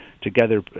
together